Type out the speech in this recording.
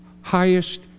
highest